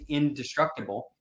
indestructible